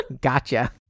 Gotcha